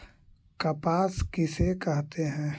कपास किसे कहते हैं?